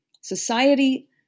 society